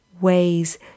ways